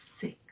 six